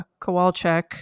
Kowalczyk